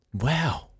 Wow